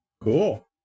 Cool